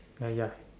uh ya